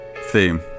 theme